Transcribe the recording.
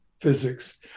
Physics